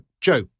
Joe